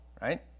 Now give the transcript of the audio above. right